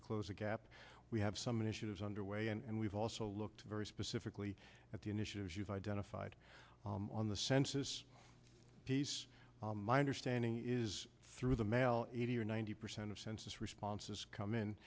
to close the gap we have some initiatives underway and we've also looked very specifically at the initiatives you've identified on the census piece my understanding is through the mail eighty or ninety percent of census responses come in